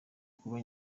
kuba